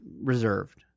reserved